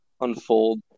unfold